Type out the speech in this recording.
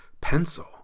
pencil